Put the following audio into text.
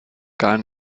gar